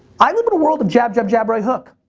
i live in a world of jab, jab, jab, right hook.